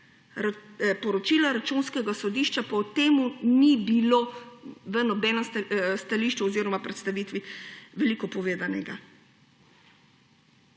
poročila Računskega sodišča, pa o tem ni bilo v nobenem stališču oziroma predstavitvi veliko povedanega.